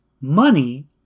money